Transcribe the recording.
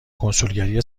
کنسولگری